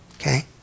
Okay